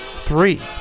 Three